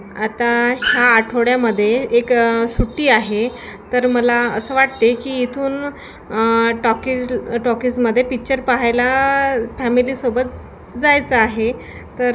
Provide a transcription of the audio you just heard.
आता ह्या आठवड्यामध्ये एक सुट्टी आहे तर मला असं वाटते की इथून टॉकीज टॉकीजमध्ये पिक्चर पाहायला फॅमिलीसोबत जायचं आहे तर